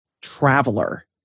traveler